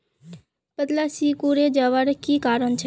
पत्ताला सिकुरे जवार की कारण छे?